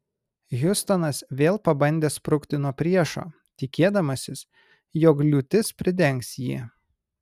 hiustonas vėl pabandė sprukti nuo priešo tikėdamasis jog liūtis pridengs jį